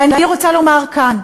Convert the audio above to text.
ואני רוצה לומר כאן,